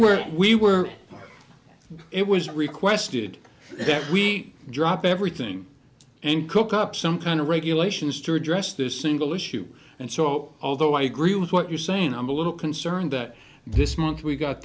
were we it was requested that we drop everything and cook up some kind of regulations to address this single issue and so although i agree with what you're saying i'm a little concerned that this month we've got